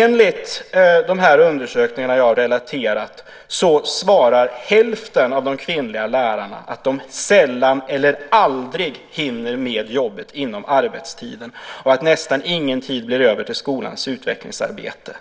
Enligt de undersökningar som jag har relaterat svarar hälften av de kvinnliga lärarna att de sällan eller aldrig hinner med jobbet inom arbetstiden, att nästan ingen tid blir över till skolans utvecklingsarbete